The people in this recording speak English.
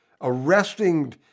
arresting